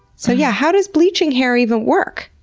so, yeah, how does bleaching hair even work?